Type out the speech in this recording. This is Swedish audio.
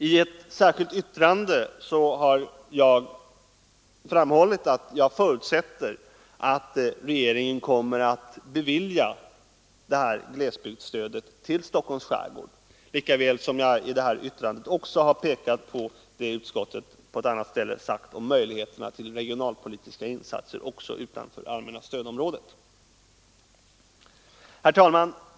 I ett särskilt yttrande har jag framhållit att jag förutsätter att regeringen kommer att bevilja glesbygdsstöd till Stockholms skärgård. Likaså har jag pekat på vad utskottet på annat ställe sagt om möjligheterna till regionalpolitiska insatser även utanför allmänna stödområdet. Herr talman!